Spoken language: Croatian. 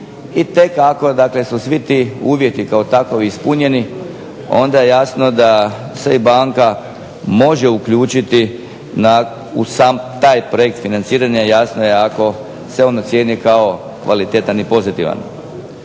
i tek ako dakle su svi ti uvjeti kao takovi ispunjeni onda je jasno da se i banka može uključiti u sam taj projekt financiranja. Jasno je ako se on ocijeni kao kvalitetan i pozitivan.